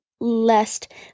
lest